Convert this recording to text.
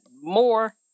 more